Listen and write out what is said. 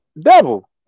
devil